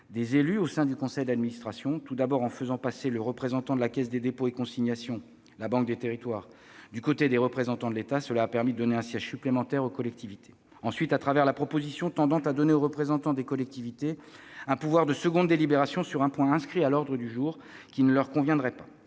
des élus au sein du conseil d'administration : Tout d'abord, ils ont fait passer le représentant de la Caisse des dépôts et consignations- la banque des territoires -du côté des représentants de l'État, ce qui a permis de donner un siège supplémentaire aux collectivités. Ensuite, ils ont proposé de donner aux représentants des collectivités le pouvoir de demander une seconde délibération sur un point inscrit à l'ordre du jour du conseil qui ne leur conviendrait pas.